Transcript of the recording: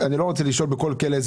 הסכום הזה, מאיזה סעיף בכלכלה?